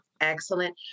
excellent